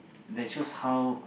that shows how